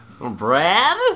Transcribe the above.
Brad